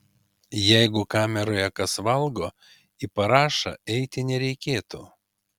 jeigu kameroje kas valgo į parašą eiti nereikėtų